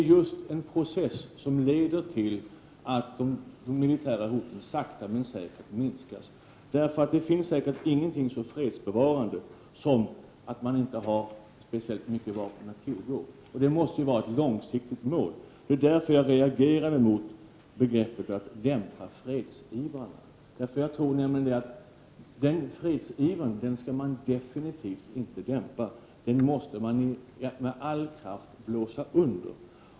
Vi tror på en process som leder till att de militära hoten sakta men säkert minskas. Det finns säkert ingenting så fredsbevarande som att man inte har speciellt mycket vapen att tillgå. Detta måste vara ett långsiktigt mål. Det är därför jag reagerar mot begreppet att dämpa fredsivrarna. Jag tror att fredsivern skall man definitivt inte dämpa utan med all kraft blåsa under.